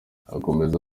akomeza